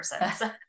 person